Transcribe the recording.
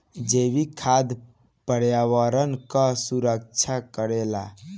जैविक खाद पर्यावरण कअ सुरक्षा करेला